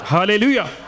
Hallelujah